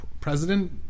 president